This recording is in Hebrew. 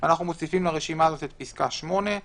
מוסיפים לרשימה הזאת את פסקה (8).